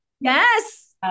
Yes